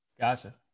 Gotcha